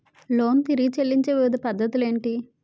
Loan తిరిగి చెల్లించే వివిధ పద్ధతులు ఏంటి?